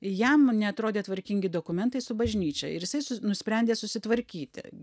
jam neatrodė tvarkingi dokumentai su bažnyčia ir jisai nusprendė susitvarkyti